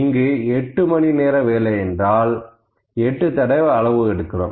அங்கு 8 மணி நேர வேலை என்றால் எட்டு தடவை அளவு எடுக்கிறோம்